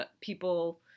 people